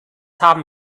haben